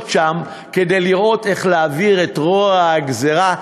שם כדי לראות איך להעביר את רוע הגזירה,